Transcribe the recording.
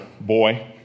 boy